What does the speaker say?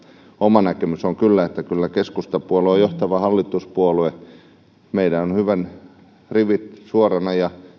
oma näkemykseni on kyllä että kyllä keskustapuolue on johtava hallituspuolue meillä on hyvin rivit suorana ja